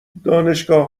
دانشگاه